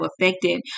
affected